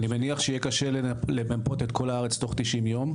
אני מניח שיהיה קשה למפות את כל הארץ תוך 90 יום.